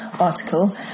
article